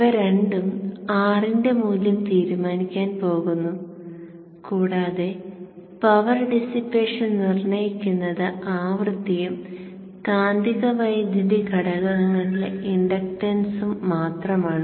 ഇവ രണ്ടും R ന്റെ മൂല്യം തീരുമാനിക്കാൻ പോകുന്നു കൂടാതെ പവർ ഡിസിപ്പേഷൻ നിർണ്ണയിക്കുന്നത് ആവൃത്തിയും കാന്തിക വൈദ്യുതി ഘടകങ്ങളിലെ ഇൻഡക്ടൻസും മാത്രമാണ്